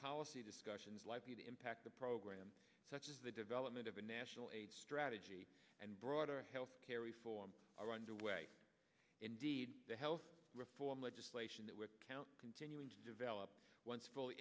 policy discussions likely to impact the program such as the development of a national aids strategy and broader health care reform are underway indeed the health reform legislation that with count continuing to develop once fully